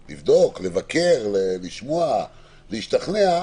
לבדוק, לבקר, לשמוע, להשתכנע,